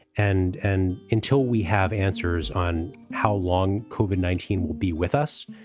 and and until we have answers on how long, koven nineteen will be with us,